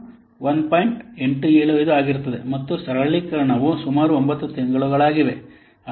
875 ಆಗಿರುತ್ತದೆ ಮತ್ತು ಸರಳೀಕರಣವು ಸುಮಾರು 9 ತಿಂಗಳುಗಳಾಗಲಿದೆ